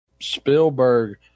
Spielberg